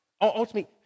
Ultimately